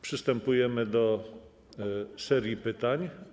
Przystępujemy do serii pytań.